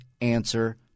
answer